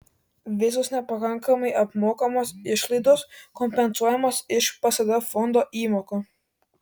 visos nepakankamai apmokamos išlaidos kompensuojamos iš psd fondo įmokų